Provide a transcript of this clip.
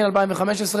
התשע"ה 2015,